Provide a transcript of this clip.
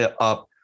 up